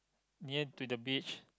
near to the beach